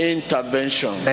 Intervention